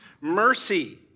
mercy